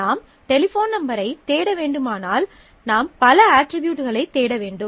நாம் டெலிபோன் நம்பரைத் தேட வேண்டுமானால் நாம் பல அட்ரிபியூட்களைத் தேட வேண்டும்